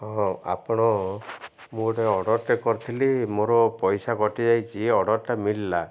ହଁ ଆପଣ ମୁଁ ଗୋଟେ ଅର୍ଡ଼ର୍ଟେ କରିଥିଲି ମୋର ପଇସା କଟିଯାଇଛି ଅର୍ଡ଼ର୍ଟା ମଳିଲା